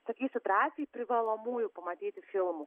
sakysiu drąsiai privalomųjų pamatyti filmų